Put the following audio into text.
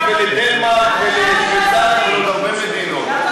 ובדנמרק ובשוויצריה ובעוד הרבה מדינות.